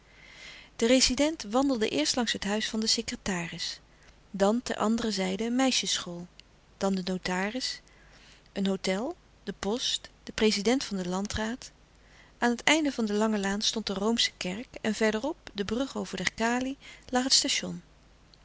de rezident wandelde eerst langs het huis van den secretaris dan ter andere zijde een meisjesschool dan de notaris een hôtel de post de prezident van den landraad aan het einde van de lange laan stond de roomsche kerk louis couperus de stille kracht en verder op de brug over der kali lag het station